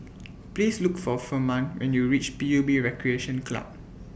Please Look For Furman when YOU REACH P U B Recreation Club